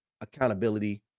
accountability